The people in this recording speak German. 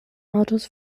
autos